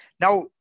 Now